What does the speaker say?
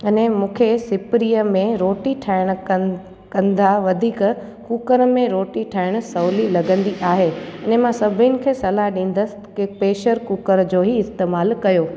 अने मूंखे सिपरीअ में रोटी ठाहिणु कन कंदा वधीक कुकर में रोटी ठाहिणु सवली लॻंदी आहे अने मां सभिनि खे सलाह ॾींदसि की प्रेशर कुकर जो ई इस्तेमालु कयो